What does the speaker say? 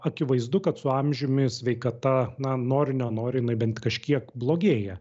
akivaizdu kad su amžiumi sveikata na nori nenori jinai bent kažkiek blogėja